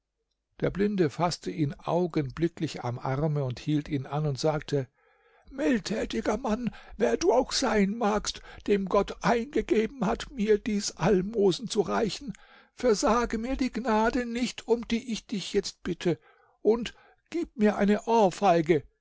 der blinde faßte ihn augenblicklich am arme hielt ihn an und sagte mildtätiger mann wer du auch sein magst dem gott eingegeben hat mir dies almosen zu reichen versage mir die gnade nicht um die ich dich jetzt bitte und gib mir eine ohrfeige